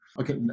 Okay